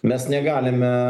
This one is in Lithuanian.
mes negalime